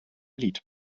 lied